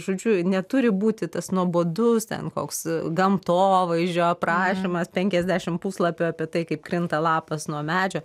žodžiu neturi būti tas nuobodus ten koks gamtovaizdžio aprašymas penkiasdešim puslapių apie tai kaip krinta lapas nuo medžio